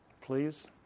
please